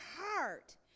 heart